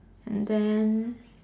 and then